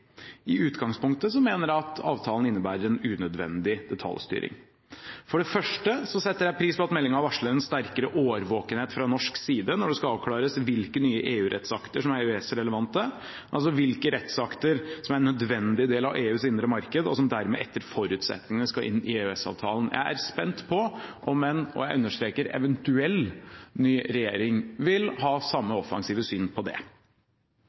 I utgangspunktet mener jeg at avtalen innebærer en unødvendig detaljstyring. For det første setter jeg pris på at meldingen varsler en sterkere årvåkenhet fra norsk side når det skal avklares hvilke nye EU-rettsakter som er EØS-relevante, altså hvilke rettsakter som er en nødvendig del av EUs indre marked, og som dermed etter forutsetningene skal inn i EØS-avtalen. Jeg er spent på om en – og jeg understreker eventuell – ny regjering vil ha samme offensive syn på det.